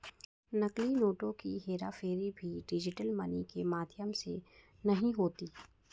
नकली नोटों की हेराफेरी भी डिजिटल मनी के माध्यम से नहीं होती